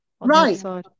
Right